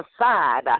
aside